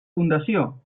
fundació